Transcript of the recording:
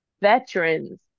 veterans